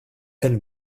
elle